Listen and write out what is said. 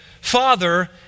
Father